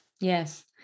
Yes